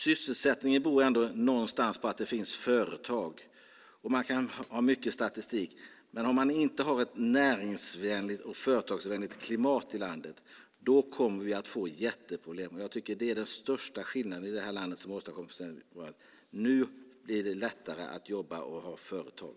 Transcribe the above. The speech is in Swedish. Sysselsättningen förutsätter ändå att det finns företag. Man kan ha mycket statistik, men om man inte har ett näringsvänligt och företagsvänligt klimat i landet kommer vi att få jätteproblem. Den största skillnad som har åstadkommits i det här landet på senare år är att det nu är lättare att ha företag.